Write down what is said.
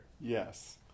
Yes